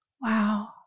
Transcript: Wow